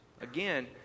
Again